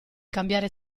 cambiare